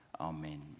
Amen